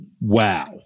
Wow